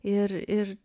ir ir